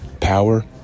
power